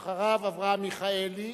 אחריו, אברהם מיכאלי,